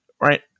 Right